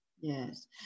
Yes